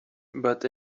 but